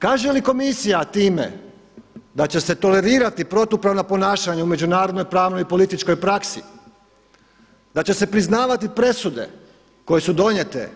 Kaže li komisija time da će se tolerirati protupravna ponašanja u međunarodnoj, pravnoj i političkoj praksi, da će se priznavati presude koje su donijete